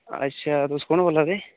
अच्छा तुस कौन बोल्लै दे